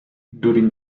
during